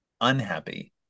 unhappy